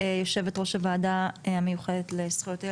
יושבת-ראש הוועדה המיוחדת לזכויות הילד,